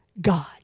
God